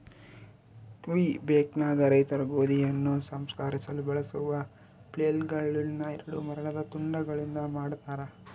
ಕ್ವಿಬೆಕ್ನಾಗ ರೈತರು ಗೋಧಿಯನ್ನು ಸಂಸ್ಕರಿಸಲು ಬಳಸುವ ಫ್ಲೇಲ್ಗಳುನ್ನ ಎರಡು ಮರದ ತುಂಡುಗಳಿಂದ ಮಾಡತಾರ